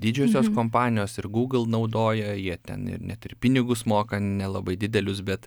didžiosios kompanijos ir gūgl naudoja jie ten ir net ir pinigus moka nelabai didelius bet